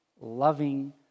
loving